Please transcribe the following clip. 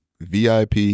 VIP